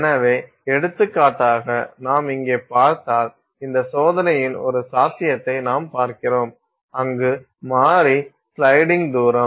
எனவே எடுத்துக்காட்டாக நாம் இங்கே பார்த்தால் இந்த சோதனையின் ஒரு சாத்தியத்தை நாம் பார்க்கிறோம் அங்கு மாறி ஸ்லைடிங் தூரம்